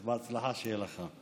אז בהצלחה שיהיה לך.